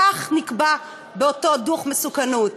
כך נקבע באותו דוח מסוכנות.